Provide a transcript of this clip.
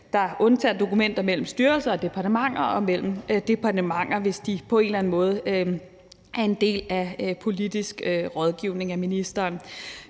der undtager dokumenter mellem styrelser og departementer og mellem departementer, hvis de på en eller anden måde er en del af politisk rådgivning af ministeren.